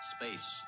space